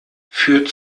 führt